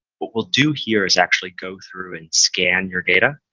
what we'll do here is actually go through and scan your data,